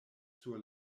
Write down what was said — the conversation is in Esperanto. sur